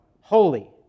Holy